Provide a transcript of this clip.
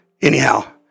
anyhow